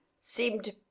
seemed